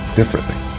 differently